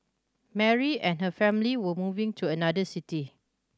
Mary and her family were moving to another city